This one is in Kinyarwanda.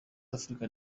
african